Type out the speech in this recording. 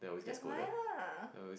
that's why lah